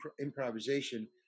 improvisation